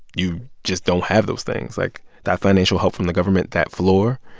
you just don't have those things. like, that financial help from the government, that floor,